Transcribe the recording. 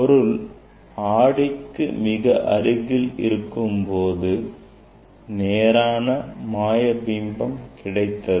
பொருள் ஆடிக்கு மிக அருகில் இருக்கும் போது நேரான மாயபிம்பம் கிடைத்தது